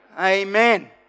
Amen